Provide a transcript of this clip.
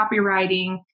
copywriting